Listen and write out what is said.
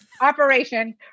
operation